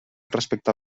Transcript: respecte